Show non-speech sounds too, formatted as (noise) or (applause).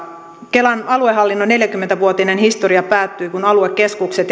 kelan aluehallinnon neljäkymmentä vuotinen historia päättyi kun aluekeskukset (unintelligible)